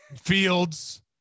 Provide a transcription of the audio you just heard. fields